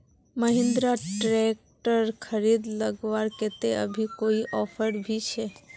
Mahindra tractor खरीद लगवार केते अभी कोई ऑफर भी छे?